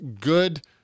good